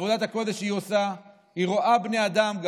בעבודת הקודש שהיא עושה היא רואה גם בני אדם,